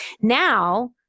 Now